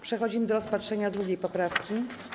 Przechodzimy do rozpatrzenia 2. poprawki.